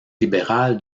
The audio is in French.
libéral